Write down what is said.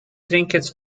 trinkets